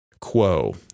quo